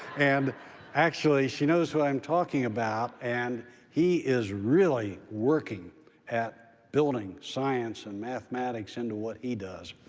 and actually, she knows who i'm talking about, and he is really working at building science and mathematics into what he does.